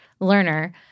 learner